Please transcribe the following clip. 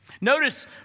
Notice